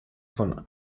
von